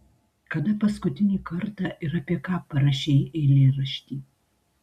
kada paskutinį kartą ir apie ką parašei eilėraštį